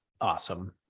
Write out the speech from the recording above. Awesome